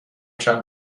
چند